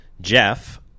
Jeff